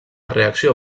reacció